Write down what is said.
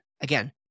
Again